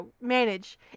manage